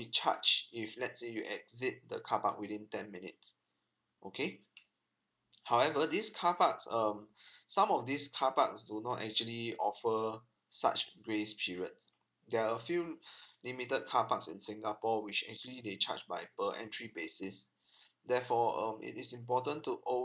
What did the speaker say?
charged if let's say you exit the carpark within ten minutes okay however these carparks um some of these car parks do not actually offer such grace periods there are a few limited carparks in singapore which actually they charge by per entry basis therefore um it is important to al~